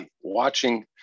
watching